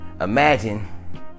imagine